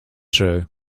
true